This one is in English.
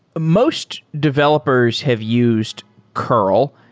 most developers have used curl.